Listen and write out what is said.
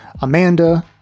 Amanda